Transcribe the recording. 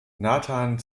nathan